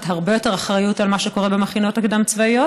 הרבה יותר אחריות על מה שקורה במכינות הקדם-צבאיות,